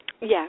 Yes